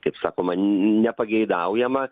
kaip sakoma nepageidaujama